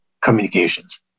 communications